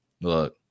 Look